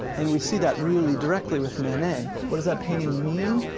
and we see that really directly with manet. what does that painting mean?